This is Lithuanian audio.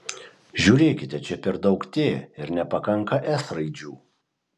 žiūrėkite čia per daug t ir nepakanka s raidžių